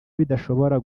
bidashobora